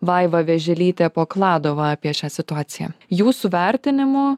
vaiva vėželytė pokladova apie šią situaciją jūsų vertinimu